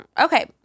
okay